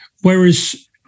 Whereas